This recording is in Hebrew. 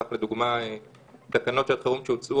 וניקח כדוגמה תקנות שעת חירום שהוצאו